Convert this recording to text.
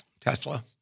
Tesla